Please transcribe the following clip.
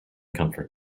comfort